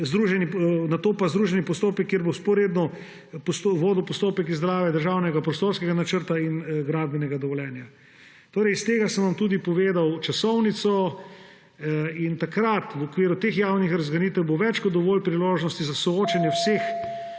nato pa združeni postopek, kjer se bo vzporedno vodil postopek izdelave državnega prostorskega načrta in gradbenega dovoljenja. Torej, iz tega sem vam tudi povedal časovnico in takrat bo v okviru teh javnih razgrnitev več kot dovolj priložnosti za soočenje vseh